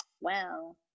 wow